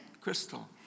crystal